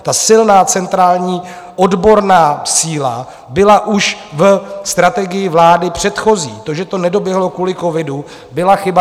Ta silná centrální odborná síla byla už v strategii vlády předchozí, to, že to nedoběhlo kvůli covidu, byla chyba.